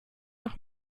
nach